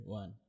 one